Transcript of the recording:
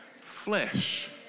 flesh